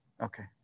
Okay